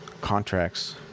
contracts